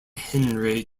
henry